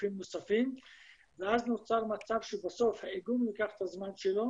גופים נוספים ואז נוצר מצב שבסוף האיגום לוקח את הזמן שלו